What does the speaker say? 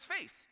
face